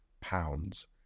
pounds